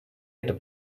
это